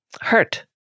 Hurt